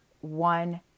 one